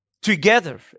together